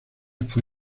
fue